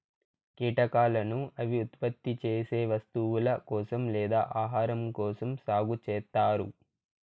కీటకాలను అవి ఉత్పత్తి చేసే వస్తువుల కోసం లేదా ఆహారం కోసం సాగు చేత్తారు